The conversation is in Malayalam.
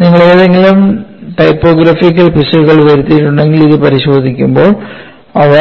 നിങ്ങൾ ഏതെങ്കിലും ടൈപ്പോഗ്രാഫിക്കൽ പിശകുകൾ വരുത്തിയിട്ടുണ്ടെങ്കിൽ ഇത് പരിശോധിക്കുമ്പോൾ അവ